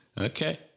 Okay